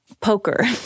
poker